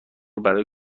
برای